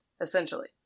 Essentially